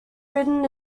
written